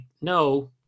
no